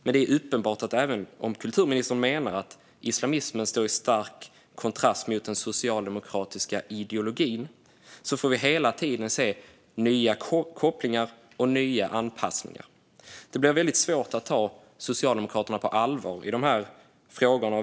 Det är uppenbart att även om kulturministern menar att islamismen står i stark kontrast till den socialdemokratiska ideologin får vi hela tiden se nya kopplingar och nya anpassningar. Det blir väldigt svårt att ta Socialdemokraterna på allvar i de här frågorna.